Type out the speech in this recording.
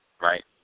right